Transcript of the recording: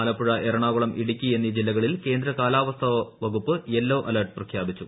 ആലപ്പുഴ എറണാകുളം ഇടുക്കി എന്നീ ജില്ലകളിൽ കേന്ദ്ര കാലാവസ്ഥ വകുപ്പ് യെല്ലോ അലേർട്ട് പ്രഖ്യാപിച്ചു